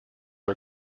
are